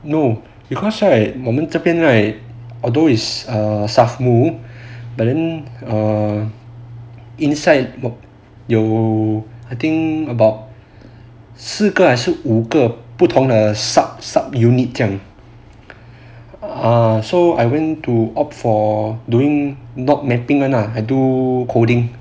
no because right 我们这边 right although is a S_A_F_M_U but then err inside 有 I think about 四个还是五个不同的 sub sub unit ah so I went to opt for doing not mapping [one] ah I do coding